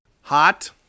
Hot